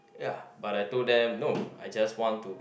ya but I told them no I just want to